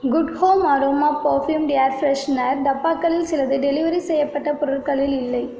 good home aroma perfumed air freshener டப்பாக்களில் சிலது delivery செய்யப்பட்ட பொருட்களில் இல்லை